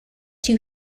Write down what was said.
two